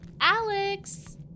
Alex